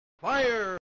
fire